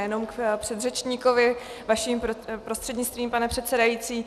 Já jenom k předřečníkovi, vaším prostřednictvím, pane předsedající.